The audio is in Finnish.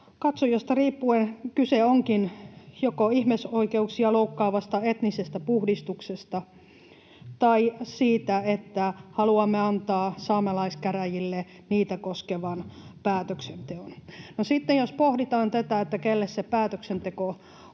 Katsojasta riippuen kyse onkin joko ihmisoikeuksia loukkaavasta etnisestä puhdistuksesta tai siitä, että haluamme antaa saamelaiskäräjille niitä koskevan päätöksenteon. Sitten jos pohditaan tätä, kenelle se päätöksenteko